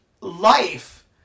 life